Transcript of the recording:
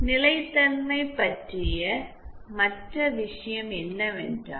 நிலைத்தன்மை பற்றிய மற்ற விஷயம் என்னவென்றால்